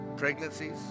Pregnancies